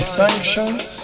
sanctions